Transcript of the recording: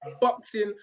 boxing